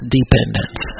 dependence